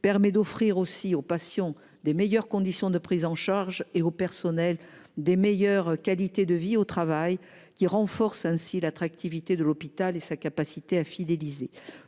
permet d'offrir aussi aux patients des meilleures conditions de prise en charge et au personnel des meilleure qualité de vie au travail qui renforce ainsi l'attractivité de l'hôpital et sa capacité à fidéliser.